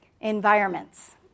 environments